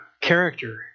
character